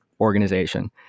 organization